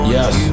Yes